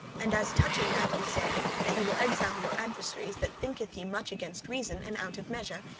and as touching that ye say, that ye will exile your adversaries, that thinketh ye much against reason, and out of measure,